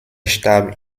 starb